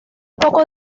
poco